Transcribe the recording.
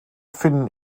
finden